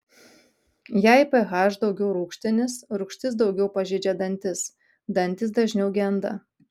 jei ph daugiau rūgštinis rūgštis daugiau pažeidžia dantis dantys dažniau genda